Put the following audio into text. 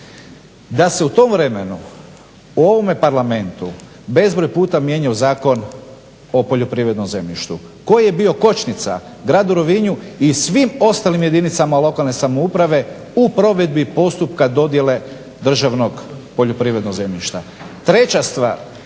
da se u tom vremenu u ovome parlamentu bezbroj puta mijenjao Zakon o poljoprivrednom zemljištu koji je bio kočnica gradu Rovinju i svim ostalim jedinicama lokalne samouprave u provedbi postupka dodjele državnog poljoprivrednog zemljišta.